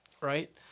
right